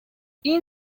این